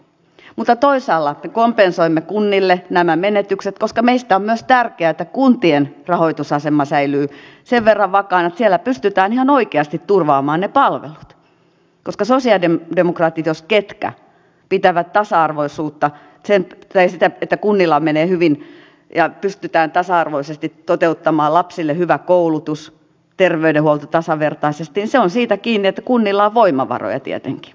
mutta toisaalla me kompensoimme kunnille nämä menetykset koska meistä on myös tärkeää että kuntien rahoitusasema säilyy sen verran vakaana että siellä pystytään ihan oikeasti turvaamaan ne palvelut koska sosialidemokraatit jos ketkä pitävät tasa arvoisena sitä että kunnilla menee hyvin ja pystytään tasa arvoisesti toteuttamaan lapsille hyvä koulutus terveydenhuolto tasavertaisesti ja se on siitä kiinni että kunnilla on voimavaroja tietenkin